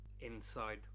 inside